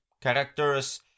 characters